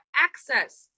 access